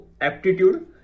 aptitude